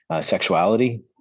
sexuality